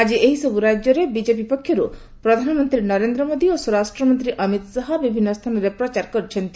ଆଜି ଏହିସବୁ ରାଜ୍ୟରେ ବିଜେପି ପକ୍ଷରୁ ପ୍ରଧାନମନ୍ତ୍ରୀ ନରେନ୍ଦ୍ର ମୋଦି ଓ ସ୍ୱରାଷ୍ଟ୍ର ମନ୍ତ୍ରୀ ଅମିତ୍ ଶାହା ବିଭିନ୍ନ ସ୍ଥାନରେ ପ୍ରଚାର କର୍ ଚ୍ଚନ୍ତି